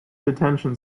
detention